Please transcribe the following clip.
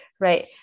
right